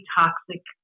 toxic